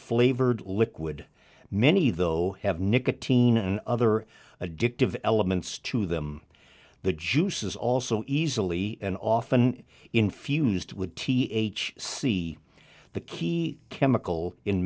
flavored liquid many though have nicotine and other addictive elements to them the juices also easily and often infused with t h c the key chemical in